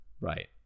Right